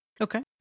Okay